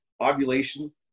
ovulation